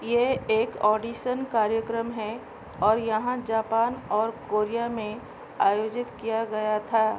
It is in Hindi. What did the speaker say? यह एक ऑडिसन कार्यक्रम है और यहाँ जापान और कोरिया में आयोजित किया गया था